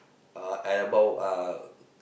uh at about uh